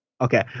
Okay